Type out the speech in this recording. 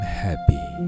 happy